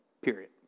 Period